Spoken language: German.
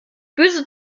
böse